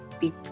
big